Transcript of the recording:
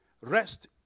Rest